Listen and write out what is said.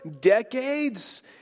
decades